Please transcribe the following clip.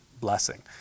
blessing